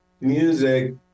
music